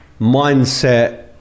mindset